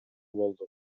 болду